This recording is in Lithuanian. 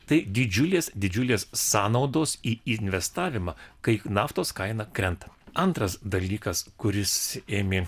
tai didžiulės didžiulės sąnaudos į investavimą kai naftos kaina krenta antras dalykas kuris ėmė